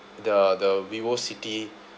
the the vivo city